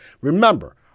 Remember